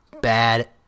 bad